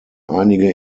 einige